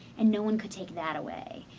and, no one could take that away.